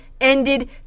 ended